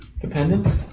Dependent